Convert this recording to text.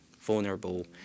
vulnerable